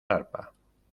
arpa